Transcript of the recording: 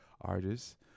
artists